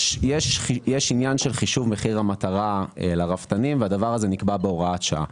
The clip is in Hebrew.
יש עניין של חישוב מחיר המטרה לרפתנים והדבר הזה נקבע בהוראת שעה.